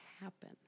happen